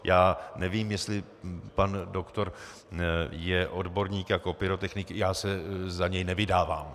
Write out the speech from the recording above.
Já nevím, jestli pan doktor je odborník jako pyrotechnik, já se za něj nevydávám.